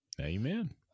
Amen